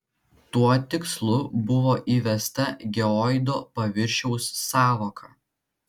tuo tikslu buvo įvesta geoido paviršiaus sąvoka